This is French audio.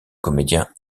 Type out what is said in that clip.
comédien